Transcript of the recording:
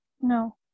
No